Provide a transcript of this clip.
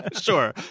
sure